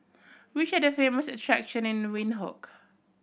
which are the famous attraction in Windhoek